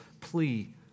plea